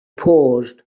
paused